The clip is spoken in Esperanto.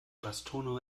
bastono